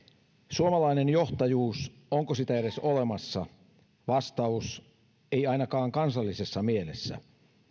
suomalainen johtajuus onko sitä edes olemassa vastaus ei ainakaan kansallisessa mielessä